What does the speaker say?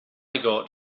got